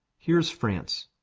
here's france,